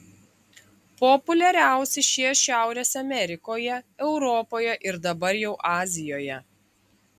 populiariausi šie šiaurės amerikoje europoje ir dabar jau azijoje